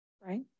right